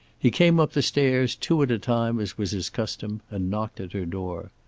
he came up the stairs, two at a time as was his custom, and knocked at her door.